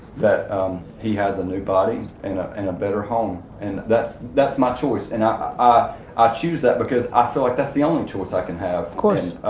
that he has a new body and and a better home. and that's that's my choice. and ah ah i choose that because i feel like that's the only choice i can have. of course.